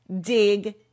dig